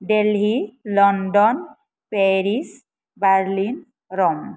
Delhi London Paris Berlin र'म